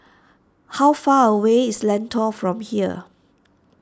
how far away is Lentor from here